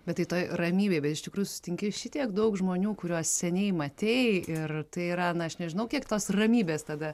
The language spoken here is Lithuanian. bet tai toj ramybėj bet iš tikrųjų susitinki šitiek daug žmonių kuriuos seniai matei ir tai yra na aš nežinau kiek tos ramybės tada